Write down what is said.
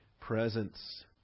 presence